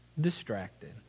distracted